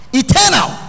eternal